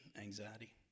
anxiety